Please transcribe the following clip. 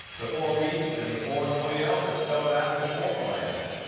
the four beasts and the four and twenty elders fell down before the lamb,